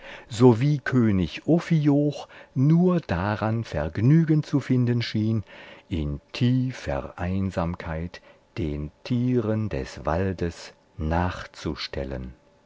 sowie könig ophioch nur daran vergnügen zu finden schien in tiefer einsamkeit den tieren des waldes nachzustellen